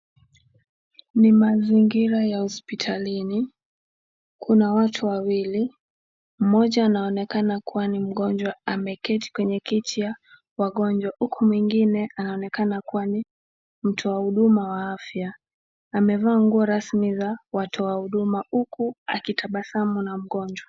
ni mazingira ya hospitalini, kuna watu wawili, moja anaonekana kuwa ni mgonjwa ameketi kwenye kiti ya wagonjwa huku mwingine anaonekana kuwa ni mtu wa huduma wa afya. Amevaa nguo rasmi ya watu wa huduma huku akitabasamu na mgonjwa.